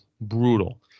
Brutal